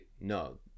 No